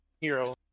hero